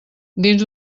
dins